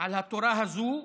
על התורה הזו,